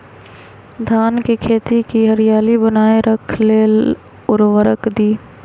धान के खेती की हरियाली बनाय रख लेल उवर्रक दी?